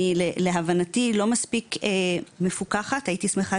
שלהבנתי, לא מספיק מפוקחת, הייתי שמחה